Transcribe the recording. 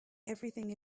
everything